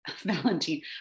Valentine